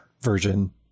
version